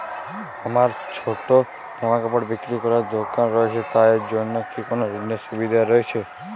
আমার ছোটো জামাকাপড় বিক্রি করার দোকান রয়েছে তা এর জন্য কি কোনো ঋণের সুবিধে রয়েছে?